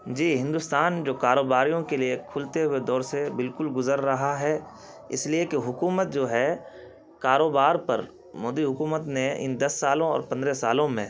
جی ہندوستان جو کاروباریوں کے لیے کھلتے ہوئے دور سے بالکل گزر رہا ہے اس لیے کہ حکومت جو ہے کاروبار پر مودی حکومت نے ان دس سالوں اور پندرہ سالوں میں